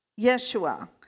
Yeshua